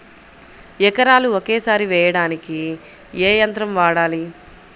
ఎకరాలు ఒకేసారి వేయడానికి ఏ యంత్రం వాడాలి?